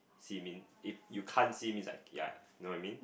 sea mean if you can't see means I ya know what I mean